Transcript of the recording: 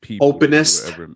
openest